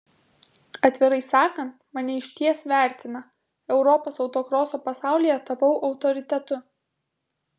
atvirai sakant mane išties vertina europos autokroso pasaulyje tapau autoritetu